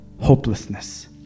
hopelessness